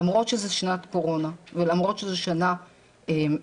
למרות שזו שנת קורונה ולמרות שזו שנה מורכבת